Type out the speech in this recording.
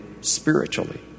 spiritually